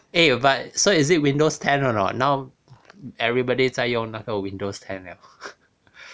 eh but so is it windows ten or not now everybody 在用那个 windows ten liao